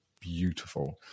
beautiful